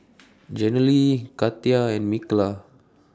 Jenilee Katia and Mikalah